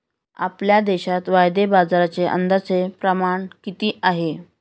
आपल्या देशात वायदे बाजाराचे अंदाजे प्रमाण किती आहे?